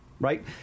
Right